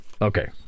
Okay